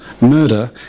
murder